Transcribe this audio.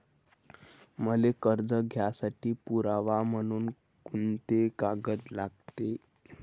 मले कर्ज घ्यासाठी पुरावा म्हनून कुंते कागद लागते?